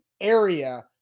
area